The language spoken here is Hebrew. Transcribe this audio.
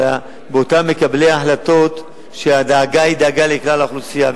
אלא באותם מקבלי החלטות שהדאגה שלהם היא דאגה לכלל האוכלוסייה.